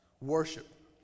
Worship